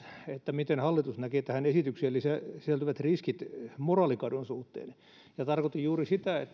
miten hallitus näkee tähän esitykseen sisältyvät riskit moraalikadon suhteen tarkoitin juuri sitä